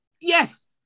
Yes